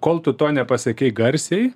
kol tu to nepasakei garsiai